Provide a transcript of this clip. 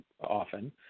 often